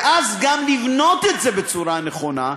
ואז גם לבנות את זה בצורה נכונה,